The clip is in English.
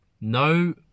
no